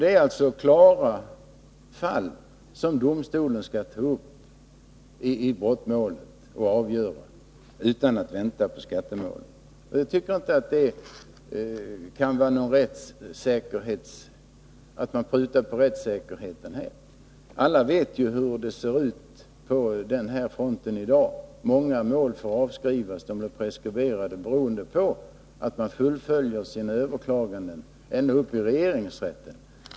Det är alltså endast klara fall av skattebrott som domstolen skall ta upp och avgöra utan att vänta på skattemålet. Jag tycker inte att man prutar på rättssäkerheten. Alla vet ju hur det ser ut på den här fro:, ten i dag. Många mål får avskrivas, eftersom de blir preskriberade beroende på att man fullföljer sina överklaganden ända upp till regeringsrätten.